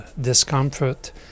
discomfort